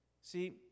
See